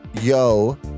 Yo